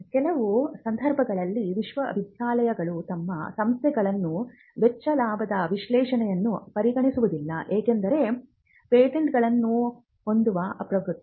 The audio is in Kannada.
ಕೆಲವು ಸಂದರ್ಭಗಳಲ್ಲಿ ವಿಶ್ವವಿದ್ಯಾಲಯಗಳು ಮತ್ತು ಸಂಸ್ಥೆಗಳು ವೆಚ್ಚ ಲಾಭದ ವಿಶ್ಲೇಷಣೆಯನ್ನು ಪರಿಗಣಿಸುವುದಿಲ್ಲ ಏಕೆಂದರೆ ಪೇಟೆಂಟ್ಗಳನ್ನು ಹೊಂದುವ ಪ್ರವೃತ್ತಿ